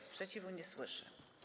Sprzeciwu nie słyszę.